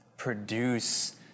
Produce